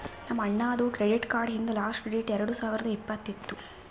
ನಮ್ ಅಣ್ಣಾದು credit card ಹಿಂದ್ ಲಾಸ್ಟ್ ಡೇಟ್ ಎರಡು ಸಾವಿರದ್ ಇಪ್ಪತ್ತ್ ಇತ್ತು